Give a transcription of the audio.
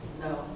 No